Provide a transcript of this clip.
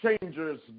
changers